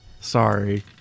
Sorry